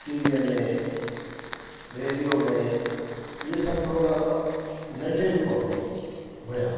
टीवीअ में रेडियो में इहे सभु प्रोग्राम नंढे रूप में हुआ